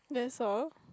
that's all